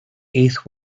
eighth